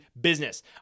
business